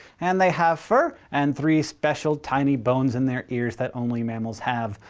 and they have fur and three special tiny bones in their ears that only mammals have,